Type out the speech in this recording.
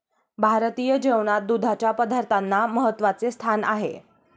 भारतीय जेवणात दुधाच्या पदार्थांना महत्त्वाचे स्थान आहे